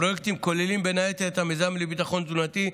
הפרויקטים כוללים בין היתר את המיזם לביטחון תזונתי,